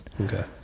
Okay